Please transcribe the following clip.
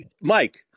Mike